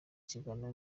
kiganiro